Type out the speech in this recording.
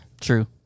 true